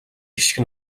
хишиг